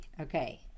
Okay